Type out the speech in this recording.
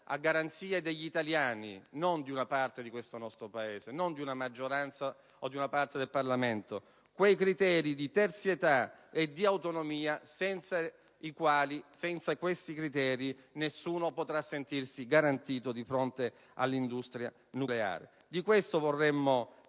a garanzia degli italiani, non di una parte di questo nostro Paese, non di una maggioranza o di una parte del Parlamento, quei criteri di terzietà e di autonomia senza i quali nessuno potrà sentirsi garantito di fronte all'industria nucleare. Di questo vorremmo